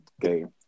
game